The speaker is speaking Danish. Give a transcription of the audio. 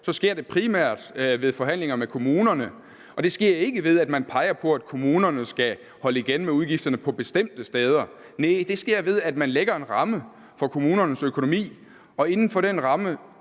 så sker det primært ved forhandlinger med kommunerne. Det sker ikke ved, at man peger på, at kommunerne skal holde igen med udgifterne på bestemte steder. Nej, det sker ved, at man lægger en ramme for kommunernes økonomi, og inden for den ramme